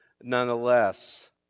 nonetheless